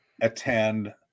attend